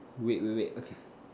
wait wait wait okay